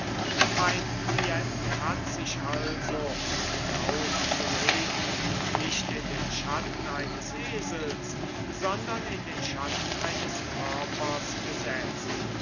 mein client hat sich also genau zu reden nicht in den schatten eines esels sondern in den schatten eines körpers gesetzt